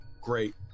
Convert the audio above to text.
great